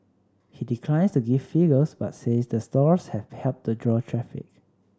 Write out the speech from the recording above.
he declines to give figures but says the stores have helped to draw traffic